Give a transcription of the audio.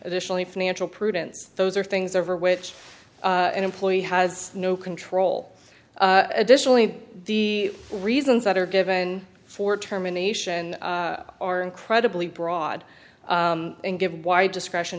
additionally financial prudence those are things over which an employee has no control additionally the reasons that are given for terminations are incredibly broad and give wide discretion